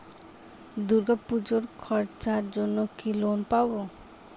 দূর্গাপুজোর খরচার জন্য কি লোন পাব?